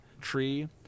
tree